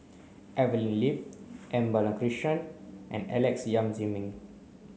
Evelyn Lip M Balakrishnan and Alex Yam Ziming